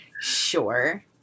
Sure